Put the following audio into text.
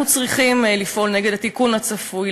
אנחנו צריכים לפעול נגד התיקון הצפוי